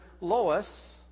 lois